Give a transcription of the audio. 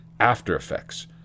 after-effects